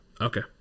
Okay